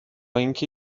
اینکه